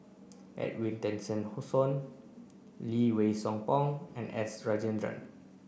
Edwin Tessensohn Lee Wei Song Paul and S Rajendran